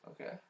Okay